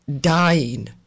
dying